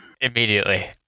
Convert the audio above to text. Immediately